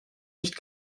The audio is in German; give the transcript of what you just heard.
nicht